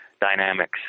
dynamics